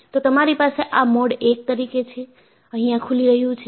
તો તમારી પાસે આ મોડ I તરીકે છે અહિયાં ખુલી રહ્યું છે